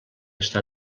està